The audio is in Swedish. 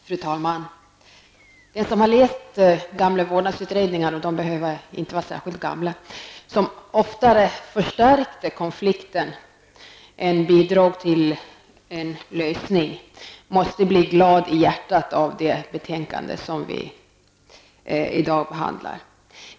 Fru talman! Den som har läst gamla vårdnadsutredningar -- och de behöver inte vara särskilt gamla --, som oftare förstärkte konflikten än bidrog till en lösning, måste bli glad i hjärtat av det betänkande som vi i dag behandlar.